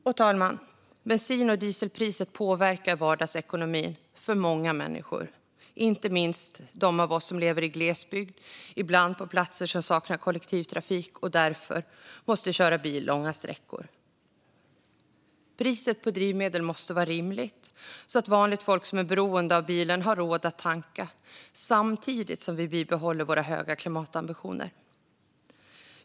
Herr talman! Bensinpriset och dieselpriset påverkar vardagsekonomin för många människor, inte minst för dem av oss som lever i glesbygd, ibland på platser som saknar kollektivtrafik och därför måste köra bil långa sträckor. Priset på drivmedel måste vara rimligt så att vanligt folk som är beroende av bilen har råd att tanka - samtidigt som vi bibehåller våra höga klimatambitioner.